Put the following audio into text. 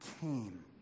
came